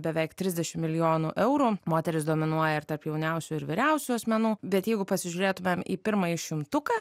beveik trisdešimt milijonų eurų moterys dominuoja ir tarp jauniausių ir vyriausių asmenų bet jeigu pasižiūrėtumėm į pirmąjį šimtuką